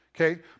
Okay